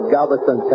Galveston